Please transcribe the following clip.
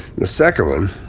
the second one,